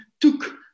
took